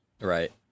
right